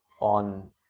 on